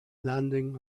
landing